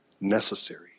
necessary